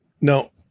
No